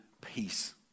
peace